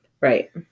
Right